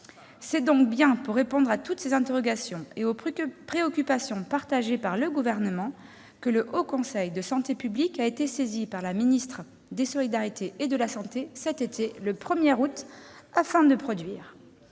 C'est donc bien pour répondre à toutes ces interrogations et aux préoccupations partagées par le Gouvernement que le Haut Conseil de santé publique a été saisi par la ministre des solidarités et de la santé le 1 août dernier.